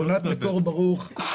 בשכונת מקור ברוך,